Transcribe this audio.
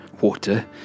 water